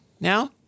now